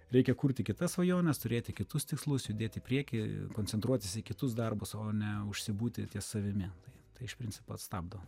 reikia kurti kitas svajones turėti kitus tikslus judėti į priekį koncentruotis į kitus darbus o ne užsibūti ties savimi tai iš principo stabdo